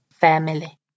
family